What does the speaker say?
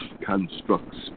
Constructs